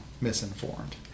misinformed